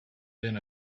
been